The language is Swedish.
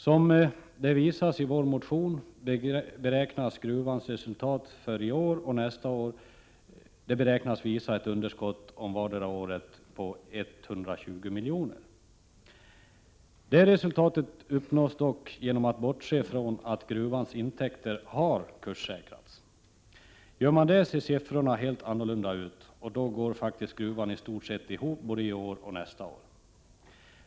Som redovisas i vår motion beräknas gruvans resultat för i år och nästa år visa ett underskott på 120 miljoner per år. Det resultatet uppnås dock genom att man bortser från att gruvans intäkter har kurssäkrats. Gör man inte det ser siffrorna helt annorlunda ut, och då går faktiskt gruvan i stort sett ihop både i år och nästa år.